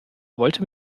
wollte